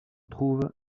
trouve